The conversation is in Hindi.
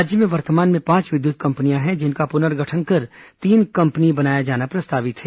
राज्य में वर्तमान में पांच विद्युत कंपनियां हैं जिनका पुनर्गठन कर तीन कंपनी बनाया जाना प्रस्तावित है